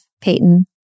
Peyton